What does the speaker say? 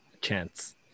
chance